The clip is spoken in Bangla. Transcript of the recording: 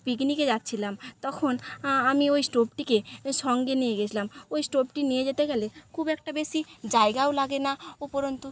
পিকনিকে যাচ্ছিলাম তখন আমি ওই স্টোভটিকে সঙ্গে নিয়ে গেছিলাম ওই স্টোভটিকে নিয়ে যেতে গেলে খুব একটা বেশি জায়গাও লাগে না উপরন্তু